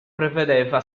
prevedeva